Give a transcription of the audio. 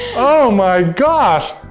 oh my gosh,